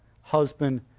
husband